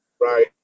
Right